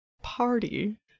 party